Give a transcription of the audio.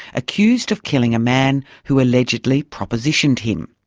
accused of killing a man who allegedly propositioned him.